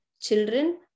children